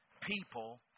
people